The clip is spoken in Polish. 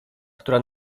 która